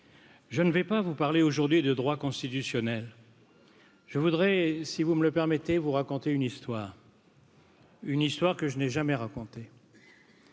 je ne vais pas vous parler aujourd'hui de droit constitutionnel je voudrais si vous me le permettez vous raconter une histoire une histoire que je n'ai jamais racontée